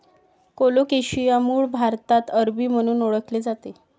colocasia मूळ भारतात अरबी म्हणून ओळखले जाते